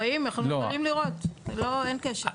רואים, יכולים לראות, אין קשר.